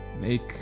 Make